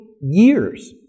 years